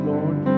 Lord